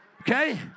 okay